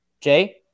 Jay